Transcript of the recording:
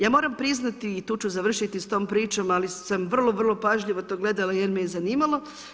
Ja moram priznati i tu ću završiti s tom pričom, ali sam vrlo, vrlo pažljivo to gledala jer me i zanimalo.